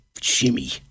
Jimmy